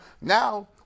Now